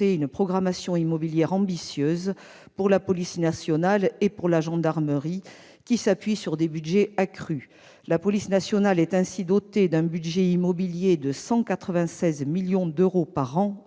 une programmation immobilière ambitieuse pour la police nationale et pour la gendarmerie nationale, qui s'appuie sur des budgets accrus. La police nationale est ainsi dotée d'un budget « immobilier » de 196 millions d'euros par an